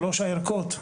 שלוש הערכות,